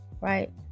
right